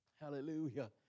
Hallelujah